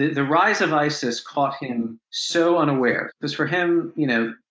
the rise of isis caught him so unaware because for him, you know,